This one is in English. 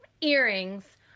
earrings